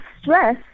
stress